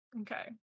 Okay